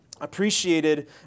Appreciated